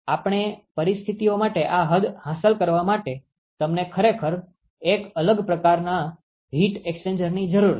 આપેલ પરિસ્થિતિઓ માટે આ હદ હાંસલ કરવા માટે તમને ખરેખર એક અલગ પ્રકારનાં હીટ એક્સ્ચેન્જરની જરૂર છે